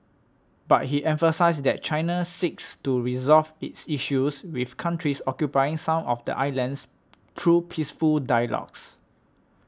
but he emphasised that China seeks to resolve its issues with countries occupying some of the islands through peaceful dialogues